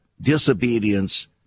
disobedience